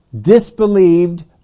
disbelieved